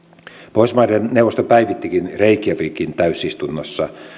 pohjoismaiden neuvosto päivittikin reykjavikin täysistunnossa